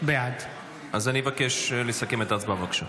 בעד אני מבקש לסכם את ההצבעות, בבקשה.